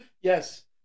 yes